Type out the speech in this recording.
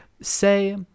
say